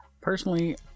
Personally